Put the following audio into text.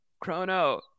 Chrono